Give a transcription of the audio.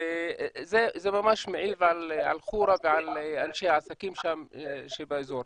זה ממש מעיב על חורה ועל אנשי העסקים שם באזור.